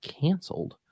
canceled